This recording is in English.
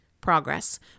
progress